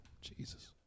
Jesus